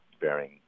bearing